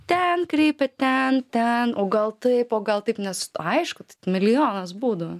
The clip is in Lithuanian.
ten kreipia ten ten o gal taip o gal taip nes aišku milijonas būdų